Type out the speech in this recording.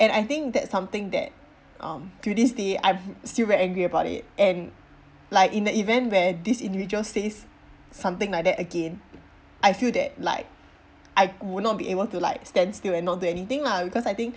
and I think that's something that um till this day I'm still very angry about it and like in the event where this individual says something like that again I feel that like I would not be able to like stand still and not do anything lah because I think